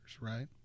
right